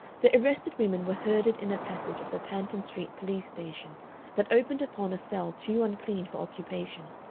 the arrested women were herded in a passage of the panton street police-station that opened upon a cell too unclean for occupation,